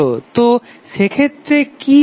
তো সেক্ষেত্রে কি হবে